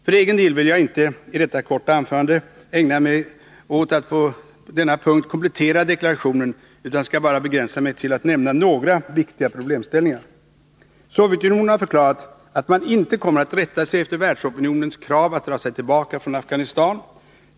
För egen del vill jag inte i detta korta anförande ägna mig åt att på denna punkt komplettera deklarationen, utan skall begränsa mig till att nämna några viktiga problemställningar. Sovjetunionen har förklarat att man icke kommer att rätta sig efter världsopinionens krav att dra sig tillbaka från Afghanistan.